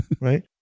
Right